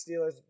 Steelers